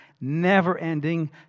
never-ending